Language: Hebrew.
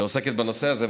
שעוסקת בנושא הזה,